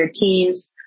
teams